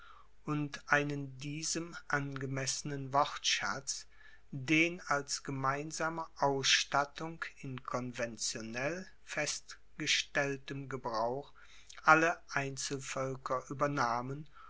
und einen diesem angemessenen wortschatz den als gemeinsame ausstattung in konventionell festgestelltem gebrauch alle einzelvoelker uebernahmen